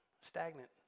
stagnant